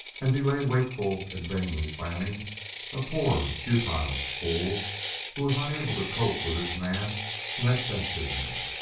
as he lay wakeful and vainly planning a poor, futile fool who was unable to cope with this man who had bested him.